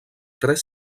tres